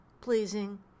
pleasing